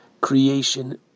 creation